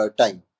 time